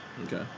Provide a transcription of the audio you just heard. Okay